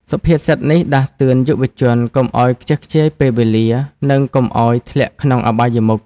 សុភាសិតនេះដាស់តឿនយុវជនកុំឱ្យខ្ជះខ្ជាយពេលវេលា និងកុំឱ្យធ្លាក់ក្នុងអបាយមុខ។